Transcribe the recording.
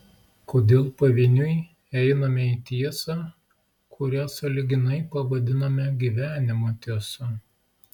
kodėl pavieniui einame į tiesą kurią sąlyginai pavadiname gyvenimo tiesa